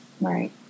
Right